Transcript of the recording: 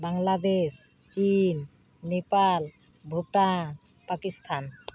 Bangladesh China Nepal Bhutan Pakistan